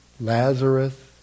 Lazarus